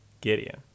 Gideon